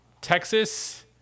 texas